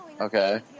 Okay